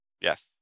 Yes